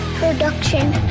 production